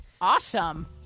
Awesome